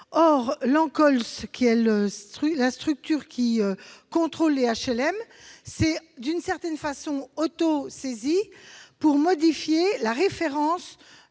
l'ANCOLS, qui est la structure contrôlant les HLM, s'est d'une certaine façon autosaisie pour modifier les règles